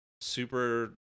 super